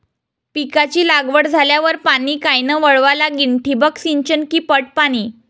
पिकाची लागवड झाल्यावर पाणी कायनं वळवा लागीन? ठिबक सिंचन की पट पाणी?